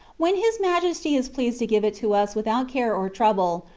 when his majesty is pleased to give it to us without care or trouble,